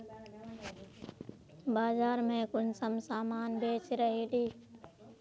बाजार में कुंसम सामान बेच रहली?